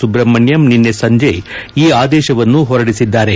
ಸುಬ್ರಹ್ಮಣಂ ನಿನ್ನೆ ಸಂಜಿ ಈ ಆದೇಶವನ್ನು ಹೊರಡಿಸಿದ್ದಾರೆ